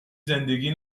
زندگی